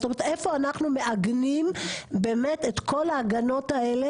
זאת אומרת איפה אנחנו מעגנים באמת את כל ההגנות האלה,